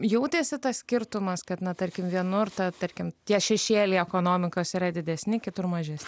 jautėsi tas skirtumas kad na tarkim vienur ta tarkim tie šešėliai ekonomika yra didesni kitur mažes